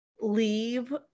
leave